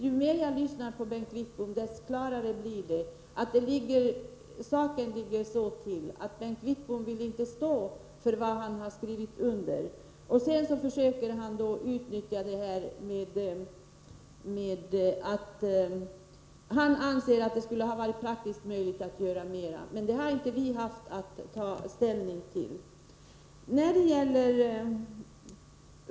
Ju mer jag lyssnar på Bengt Wittbom, desto klarare framstår det att vad saken gäller är att Bengt Wittbom inte vill stå för vad han har skrivit under. Han försöker komma ifrån det genom att hävda att han anser att det varit praktiskt möjligt att göra mera, men den frågan har inte vi haft att ta ställning till.